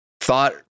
thought